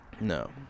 no